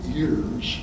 years